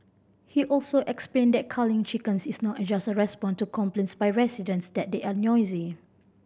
he also explained that culling chickens is not a just response to complaints by residents that they are noisy